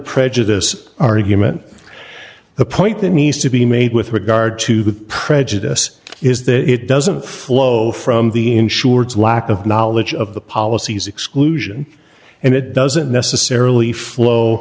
prejudice argument the point that needs to be made with regard to prejudice is that it doesn't flow from the insureds lack of knowledge of the policies exclusion and it doesn't necessarily flow